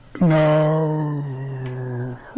No